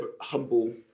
humble